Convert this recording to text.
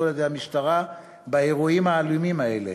על-ידי המשטרה באירועים האלימים האלה.